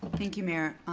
thank you, mayor.